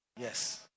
yes